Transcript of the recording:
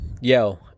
Yo